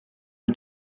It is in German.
mit